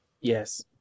Yes